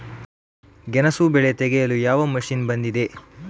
ಗೆಣಸು ಬೆಳೆ ತೆಗೆಯಲು ಯಾವ ಮಷೀನ್ ಬಂದಿದೆ?